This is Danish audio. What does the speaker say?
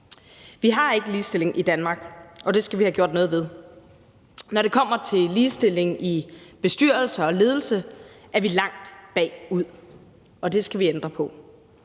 Vi har ikke ligestilling i Danmark, og det skal vi have gjort noget ved. Når det kommer til ligestilling i bestyrelser og ledelse, er vi langt bagud, og det skal vi ændre på.